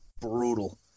brutal